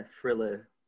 thriller